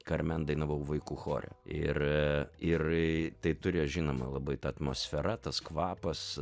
karmen dainavau vaikų chore ir ir tai turėjo žinoma labai ta atmosfera tas kvapas